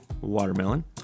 watermelon